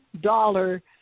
dollar